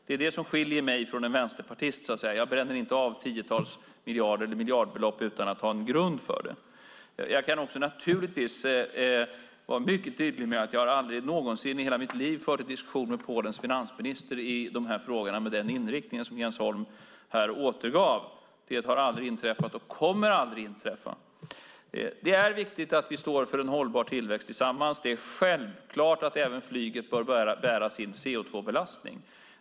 Det som skiljer mig från en vänsterpartist är att jag inte bränner av miljardbelopp utan att ha grund för det. Jag vill understryka att jag aldrig någonsin fört en diskussion med Polens finansminister med den inriktning som Jens Holm återgav. Det har aldrig inträffat och kommer aldrig att inträffa. Det är viktigt att vi står för en hållbar tillväxt tillsammans. Det är självklart att även flyget bör bära sin CO2-belastning.